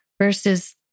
versus